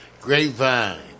Grapevine